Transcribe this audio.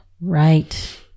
Right